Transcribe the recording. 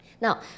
Now